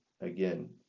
again